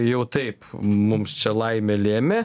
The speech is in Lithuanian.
jau taip mums čia laimė lėmė